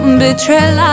betrayal